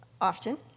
often